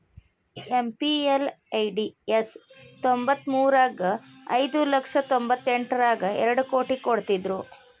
MPLADS ತ್ತೊಂಬತ್ಮುರ್ರಗ ಐದು ಲಕ್ಷ ತೊಂಬತ್ತೆಂಟರಗಾ ಎರಡ್ ಕೋಟಿ ಕೊಡ್ತ್ತಿದ್ರು